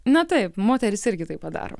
na taip moterys irgi tai padaro